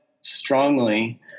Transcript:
strongly